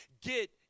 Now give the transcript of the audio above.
Get